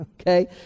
Okay